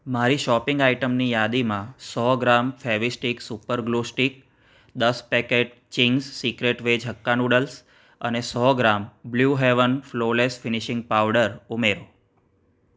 મારી શોપિંગ આઈટમની યાદીમાં સો gram Fevistik super glue stick દસ packet Ching's secret veg hakka noodles અને સો gram blue heaven flawless finishing powder ઉમેરો